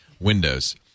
windows